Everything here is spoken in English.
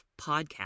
podcast